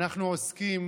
אנחנו עוסקים